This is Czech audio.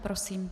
Prosím.